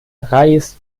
reis